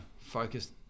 focus